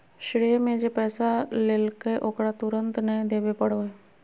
श्रेय में जे पैसा लेलकय ओकरा तुरंत नय देबे पड़ो हइ